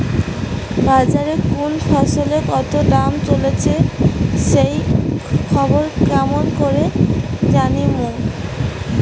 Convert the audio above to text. বাজারে কুন ফসলের কতো দাম চলেসে সেই খবর কেমন করি জানীমু?